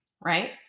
right